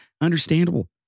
Understandable